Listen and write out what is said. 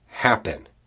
happen